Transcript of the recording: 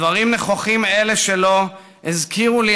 דברים נכוחים אלה שלו הזכירו לי,